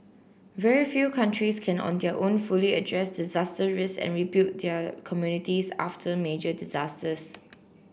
very few countries can on their own fully address disaster risks and rebuild their communities after major disasters